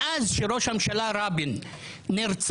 מאז שראש הממשלה רבין נרצח,